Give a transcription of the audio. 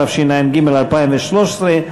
התשע"ג 2013,